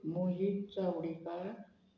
Mohit Chawdikar